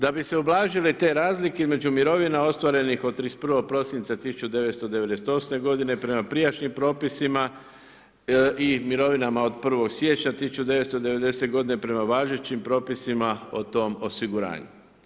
Da bi se ublažile te razlike među mirovinama ostvarenih od 31. prosinca 1998. godine prema prijašnjim propisima i mirovinama od 1. siječnja 1990. godine prema važećim propisima o tom osiguranju.